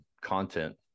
content